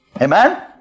Amen